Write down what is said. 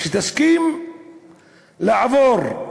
שתסכים לעבור.